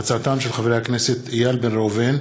חברי הכנסת איל בן ראובן,